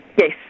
Yes